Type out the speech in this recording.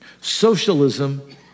Socialism